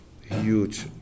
huge